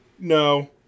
No